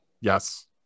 yes